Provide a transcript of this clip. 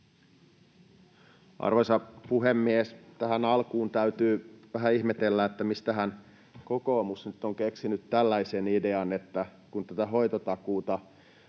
Arvoisa puhemies! Tähän alkuun täytyy vähän ihmetellä, että mistähän kokoomus nyt on keksinyt tällaisen idean, että kun tätä hoitotakuuta